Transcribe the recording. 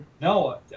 No